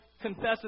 confesses